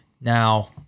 Now